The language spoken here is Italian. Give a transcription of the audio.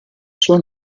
suo